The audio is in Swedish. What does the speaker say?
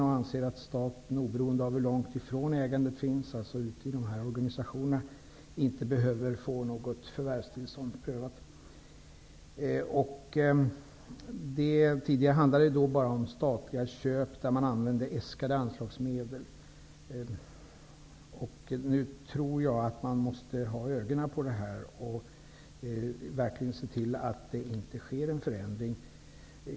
Man anser där att staten, oberoende av hur långt ifrån ägandet organisationerna finns, inte behöver få något förvärvstillstånd prövat. Det handlade tidigare bara om statliga köp där man använde äskade anslagsmedel. Jag tror att man nu måste hålla ögonen på detta och verkligen se till att det inte sker en förändring.